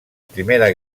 primera